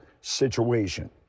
situation